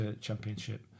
championship